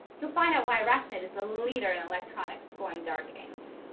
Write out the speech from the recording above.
you'll find out why arachnid is the leader in electronic scoring dart games.